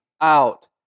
out